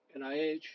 NIH